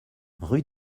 rue